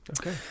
Okay